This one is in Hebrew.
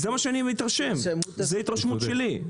זה מה שאני מתרשם, זאת התרשמות שלי.